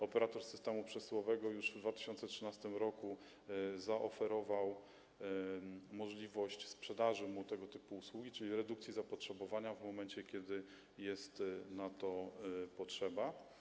Operator systemu przesyłowego już w 2013 r. zaoferował możliwość sprzedaży mu tego typu usługi, czyli redukcji zapotrzebowania, w momencie kiedy będzie taka potrzeba.